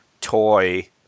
toy